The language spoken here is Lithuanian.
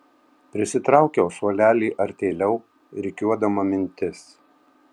prisitraukiau suolelį artėliau rikiuodama mintis